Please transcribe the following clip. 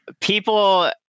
people